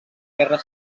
guerra